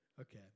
Okay